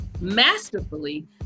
masterfully